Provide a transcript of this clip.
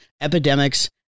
epidemics